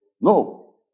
No